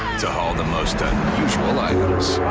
to haul the most unusual items